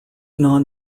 non